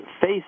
face